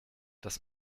das